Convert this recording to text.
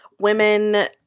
women